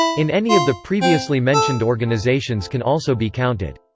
in any of the previously mentioned organizations can also be counted.